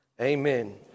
Amen